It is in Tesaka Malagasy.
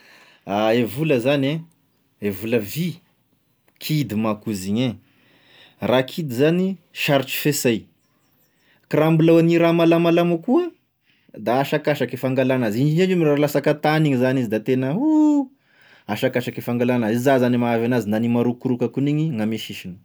Ah e vola zany, e vola vy, kidy manko izy igny, raha kidy zany sarotry fesay ka raha mbola gny raha malamalama koa da asakasaky fangalagn'azy, igny eo i lasaka an-tagny igny zany izy da tena ohhh! Asakasaky fangalagna azy, za zany mahaavy anazy nany marokoroko a koa gn'igny gn'ame sisiny.